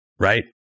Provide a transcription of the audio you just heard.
Right